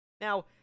Now